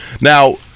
Now